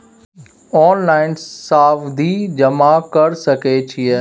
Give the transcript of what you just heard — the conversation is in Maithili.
ऑनलाइन सावधि जमा कर सके छिये?